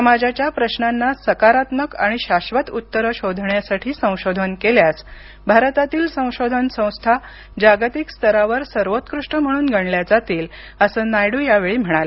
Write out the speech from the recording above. समाजाच्या प्रश्नांना सकारात्मक आणि शाश्वत उत्तरं शोधण्यासाठी संशोधन केल्यास भारतातील संशोधन संस्था जागतिक स्तरावर सर्वोत्कृष्ट म्हणून गणल्या जातील असं नायडू म्हणाले